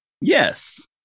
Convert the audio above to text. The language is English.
Yes